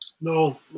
No